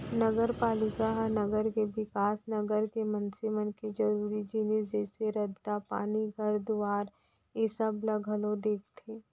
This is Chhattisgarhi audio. नगरपालिका ह नगर के बिकास, नगर के मनसे मन के जरुरी जिनिस जइसे रद्दा, पानी, घर दुवारा ऐ सब ला घलौ देखथे